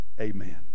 amen